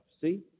See